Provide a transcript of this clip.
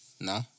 No